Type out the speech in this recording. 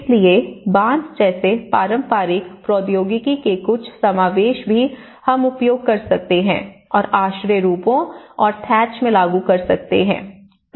इसलिए बांस जैसे पारंपरिक प्रौद्योगिकी के कुछ समावेश भी हम उपयोग कर सकते हैं और आश्रय रूपों और थैच में लागू कर सकते हैं